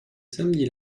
samedi